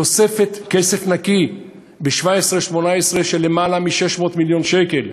תוספת כסף נקי ב-2017 2018 של יותר מ-600 מיליון שקל,